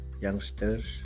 youngsters